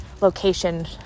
location